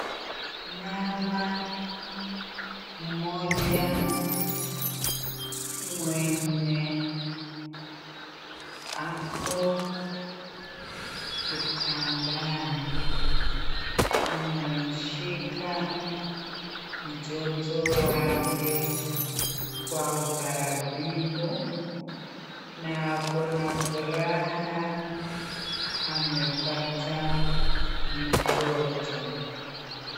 Mama mmoja mwenye ako kitandani amemshika mtoto wake kwa utaratibu na ako na furaha amepata mtoto.